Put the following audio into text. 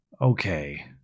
Okay